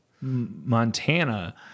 Montana